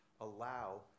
allow